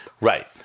Right